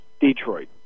Detroit